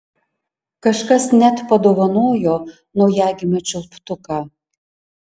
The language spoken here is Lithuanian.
kažkas net padovanojo naujagimio čiulptuką